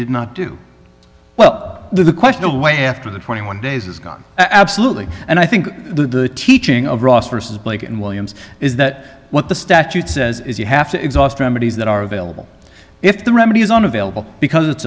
did not do well the question away after the twenty one days is gone absolutely and i think the teaching of ross versus blake and williams is that what the statute says is you have to exhaust remedies that are available if the remedy is unavailable because